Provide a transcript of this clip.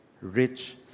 rich